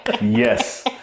Yes